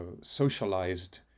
socialized